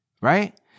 right